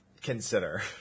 consider